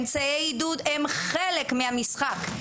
אמצעי עידוד הם חלק מהמשחק.